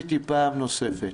שעשיתי פעם נוספת,